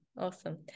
Awesome